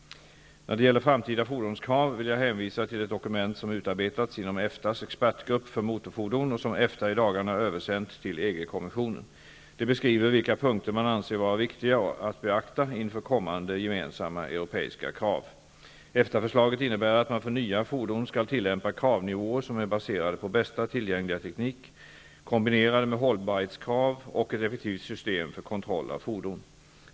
När det gäller framtida fordonskrav vill jag hänvisa till ett dokument som utarbetats inom EFTA:s expertgrupp för motorfordon och som EFTA i dagarna översänt till EG-kommissionen. Det beskriver vilka punkter man anser vara viktiga att beakta inför kommande gemensamma europeiska krav. EFTA-förslaget innebär att man för nya fordon skall tillämpa kravnivåer som är baserade på bästa tillgängliga teknik, kombinerade med hållbarhetskrav och ett effektivt system för kontroll av fordon.